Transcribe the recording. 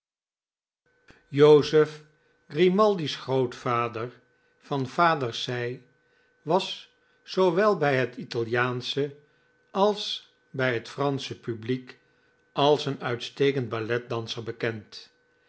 jozef grimaldi's grootvader van vaders zij was zoowel bij het italiaansche als blj het fransche publiek als een uitstekend ballet danser bekend